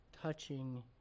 touching